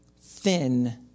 thin